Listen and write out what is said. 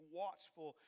watchful